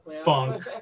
funk